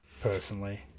personally